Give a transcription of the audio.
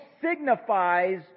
signifies